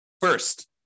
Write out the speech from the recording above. first